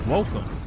Welcome